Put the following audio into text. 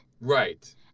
Right